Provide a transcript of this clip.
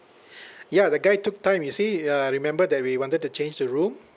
ya the guy took time you see ya remember that we wanted to change the room